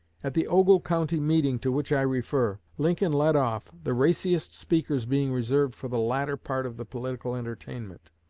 at the ogle county meeting to which i refer, lincoln led off, the raciest speakers being reserved for the latter part of the political entertainment.